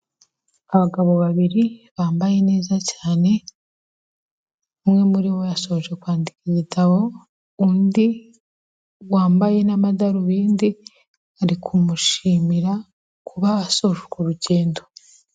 Abagabo babiri bambaye neza cyane, umwe muri bo yasoje kwandika igitabo, undi wambaye n'amadarubindi, ari kumushimira kuba asoje urwo rugendo.